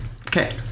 Okay